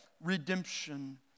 redemption